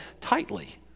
tightly